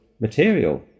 material